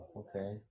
okay